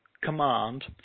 command